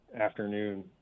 afternoon